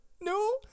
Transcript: No